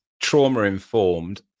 trauma-informed